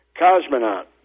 cosmonaut